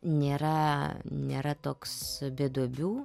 nėra nėra toks be duobių